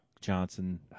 Johnson